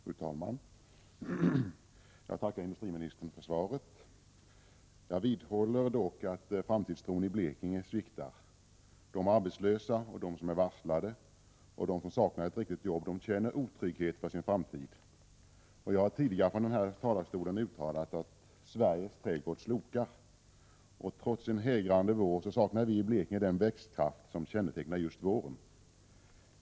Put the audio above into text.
Fru talman! Jag tackar industriministern för svaret. Jag vidhåller dock att framtidstron i Blekinge sviktar. De arbetslösa, de som är varslade och de som saknar ett riktigt jobb känner otrygghet för sin framtid. Jag har tidigare från den här talarstolen uttalat att ”Sveriges trädgård slokar”. Trots en hägrande vår saknar vi i Blekinge den växtkraft som kännetecknar just våren.